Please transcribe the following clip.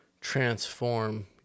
transform